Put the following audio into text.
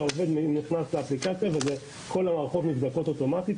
שכאשר העובד נכנס לאפליקציה כל המערכות נדלקות אוטומטית.